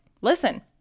listen